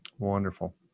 Wonderful